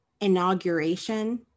inauguration